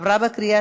נתקבל.